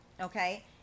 okay